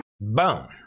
Boom